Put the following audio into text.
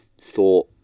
Thought